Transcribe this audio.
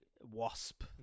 Wasp